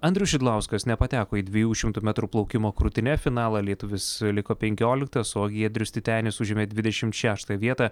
andrius šidlauskas nepateko į dviejų šimtų metrų plaukimo krūtine finalą lietuvis liko penkioliktas o giedrius titenis užėmė dvidešimt šeštą vietą